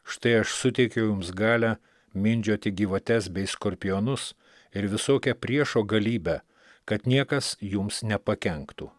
štai aš suteikiau jums galią mindžioti gyvates bei skorpionus ir visokią priešo galybę kad niekas jums nepakenktų